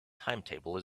timetable